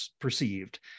perceived